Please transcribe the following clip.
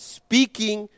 speaking